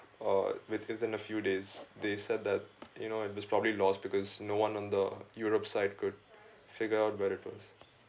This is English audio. uh within a few days they said that you know it was probably lost because no one on the europe side could figure out where it was